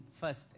first